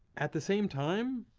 at the same time,